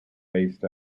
based